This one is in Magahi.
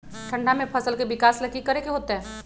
ठंडा में फसल के विकास ला की करे के होतै?